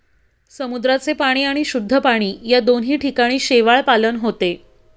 समुद्राचे पाणी आणि शुद्ध पाणी या दोन्ही ठिकाणी शेवाळपालन होते